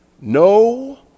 No